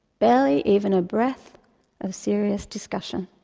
barely even a breath of serious discussion.